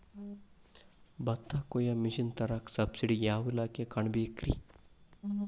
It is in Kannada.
ಭತ್ತ ಕೊಯ್ಯ ಮಿಷನ್ ತರಾಕ ಸಬ್ಸಿಡಿಗೆ ಯಾವ ಇಲಾಖೆ ಕಾಣಬೇಕ್ರೇ?